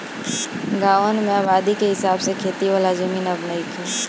गांवन में आबादी के हिसाब से खेती वाला जमीन अब नइखे